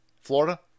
Florida